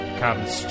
comes